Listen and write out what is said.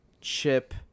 Chip